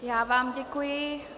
Já vám děkuji.